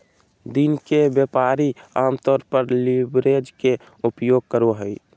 दिन के व्यापारी आमतौर पर लीवरेज के उपयोग करो हइ